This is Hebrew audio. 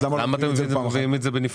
אז למה אתם מביאים את זה בנפרד?